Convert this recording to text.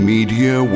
Media